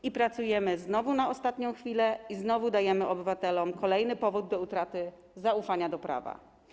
Znowu pracujemy na ostatnią chwilę i znowu dajemy obywatelom kolejny powód do utraty zaufania do prawa.